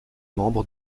membre